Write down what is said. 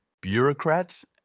Bureaucrats